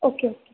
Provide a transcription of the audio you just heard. okay okay